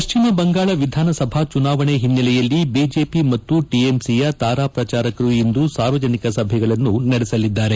ಪಶ್ಚಿಮ ಬಂಗಾಳ ವಿಧಾನಸಭಾ ಚುನಾವಣೆ ಹಿನ್ನೆಲೆಯಲ್ಲಿ ಬಿಜೆಪಿ ಮತ್ತು ಟಿಎಂಸಿಯ ತಾರಾ ಪ್ರಚಾರಕರು ಇಂದು ಸಾರ್ವಜನಿಕ ಸಭೆಗಳನ್ನು ನಡೆಸಲಿದ್ದಾರೆ